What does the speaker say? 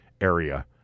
area